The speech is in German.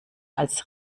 als